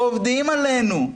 עובדים עלינו.